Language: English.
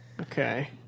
Okay